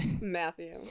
Matthew